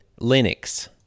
Linux